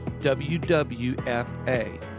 wwfa